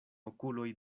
okuloj